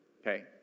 Okay